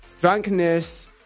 drunkenness